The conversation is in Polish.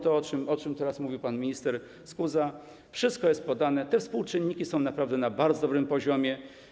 To, o czym teraz mówił pan minister Skuza: wszystko jest podane, te współczynniki są naprawdę na bardzo dobrym poziomie.